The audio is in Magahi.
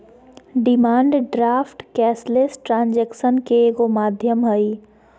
डिमांड ड्राफ्ट कैशलेस ट्रांजेक्शनन के एगो माध्यम हइ